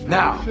now